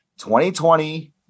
2020